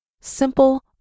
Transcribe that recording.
simple